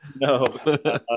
No